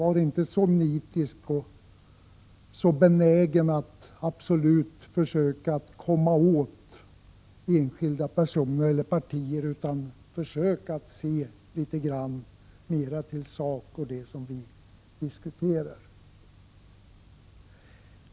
Var inte så nitisk och så benägen att absolut försöka komma åt enskilda personer eller partier, utan försök se litet mera till sak och till det som vi diskuterar!